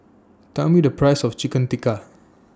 Tell Me The Price of Chicken Tikka